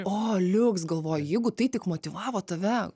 o liuks galvoju jeigu tai tik motyvavo tave